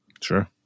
sure